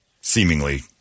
seemingly